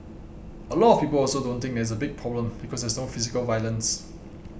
a lot of people also don't think that it's a big problem because there's no physical violence